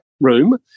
room